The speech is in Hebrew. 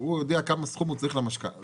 הוא יודע כמה סכום הוא צריך לקבל.